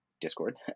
discord